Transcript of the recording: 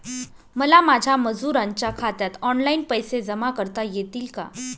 मला माझ्या मजुरांच्या खात्यात ऑनलाइन पैसे जमा करता येतील का?